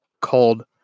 called